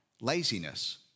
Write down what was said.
laziness